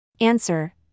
Answer